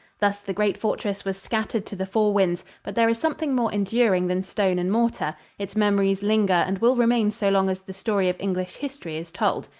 thus the great fortress was scattered to the four winds, but there is something more enduring than stone and mortar its memories linger and will remain so long as the story of english history is told.